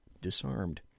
disarmed